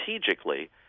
strategically